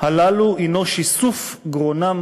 הללו הוא שיסוף גרונם